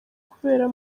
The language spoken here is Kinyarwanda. kubera